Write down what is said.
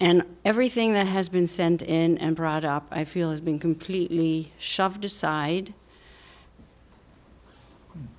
and everything that has been sent in and brought up i feel has been completely shoved aside